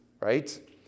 right